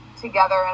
together